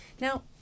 Now